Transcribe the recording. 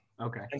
Okay